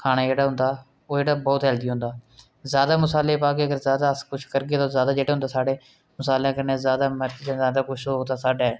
खाना जेह्ड़ा होंदा ओह् जेह्ड़ा बहुत हैल्दी होंदा जैदा मसाले पाह्गे अगर जैदा अस किश करगे ते ओह् जैदा जेह्ड़ा होंदा ओह् साढ़े मसाले कन्नै जैदा मतलब किश होग ते साढ़े